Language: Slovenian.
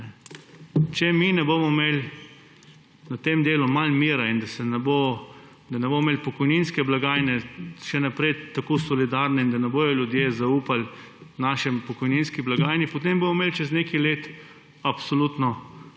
Če mi ne bomo imeli na tem delu malo miru in ne bomo imeli pokojninske blagajne še naprej tako solidarne in ne bodo ljudje zaupali naši pokojninski blagajni, potem bomo imeli čez nekaj let absolutno